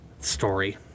story